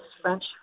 French